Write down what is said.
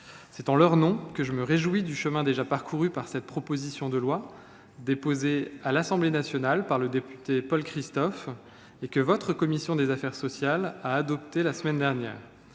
c’est en leur nom que je me réjouis du chemin déjà parcouru par la proposition de loi déposée à l’Assemblée nationale par le député Paul Christophe, que votre commission des affaires sociales a adoptée la semaine dernière.